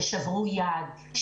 יד,